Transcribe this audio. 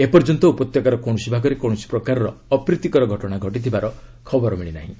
ଏପର୍ଯ୍ୟନ୍ତ ଉପତ୍ୟକାର କକିଣସି ଭାଗରେ କକିଣସି ପ୍ରକାରର ଅପ୍ରୀତିକର ଘଟଣା ଘଟିଥିବାର ଖବର ମିଳିନାହିଁ